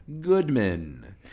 Goodman